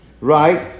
Right